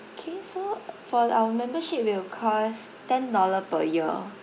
okay so for our membership it will cost ten dollar per year